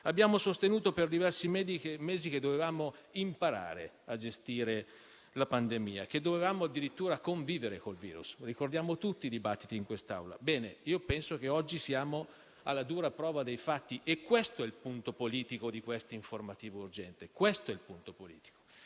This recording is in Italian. Abbiamo sostenuto per diversi mesi che dovevamo imparare a gestire la pandemia, che dovevamo addirittura convivere col virus. Ricordiamo tutti i dibattiti in quest'Aula. Bene, penso che oggi siamo alla dura prova dei fatti e questo è il punto politico di questa informativa urgente. Lo dico anche